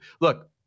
Look